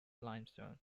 limestone